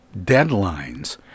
deadlines